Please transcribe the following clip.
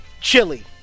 Chili